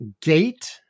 Gate